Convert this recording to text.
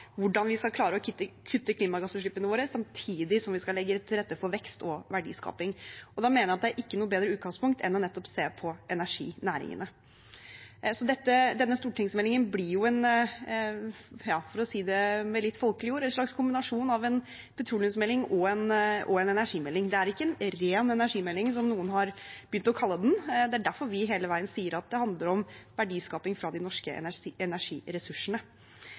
hvordan vi skal klare å kutte klimagassutslippene våre samtidig som vi skal legge til rette for vekst og verdiskaping. Da mener jeg det ikke er noe bedre utgangspunkt enn nettopp å se på energinæringene. Så den stortingsmeldingen blir, for å si det med litt folkelige ord, en slags kombinasjon av en petroleumsmelding og en energimelding. Det er ikke en ren energimelding, som noen har begynt å kalle den. Det er derfor vi hele veien sier at det handler om verdiskaping fra de norske energiressursene.